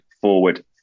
forward